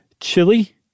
Chili